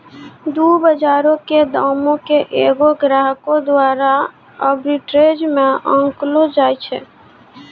दु बजारो के दामो के एगो ग्राहको द्वारा आर्बिट्रेज मे आंकलो जाय छै